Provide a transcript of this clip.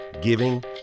giving